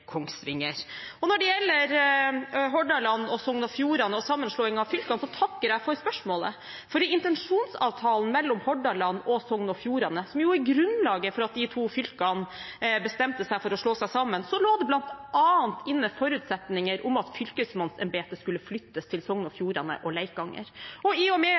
Kongsvinger. Når det gjelder Hordaland og Sogn og Fjordane og sammenslåing av fylkene, takker jeg for spørsmålet. I intensjonsavtalen mellom Hordaland og Sogn og Fjordane, som er grunnlaget for at de to fylkene bestemte seg for å slå seg sammen, lå det bl.a. inne forutsetninger om at fylkesmannsembetet skulle flyttes til Leikanger i Sogn og Fjordane. I og med